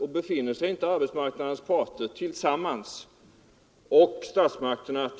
Befinner sig inte arbetsmarknadsorganisationerna och statsmakterna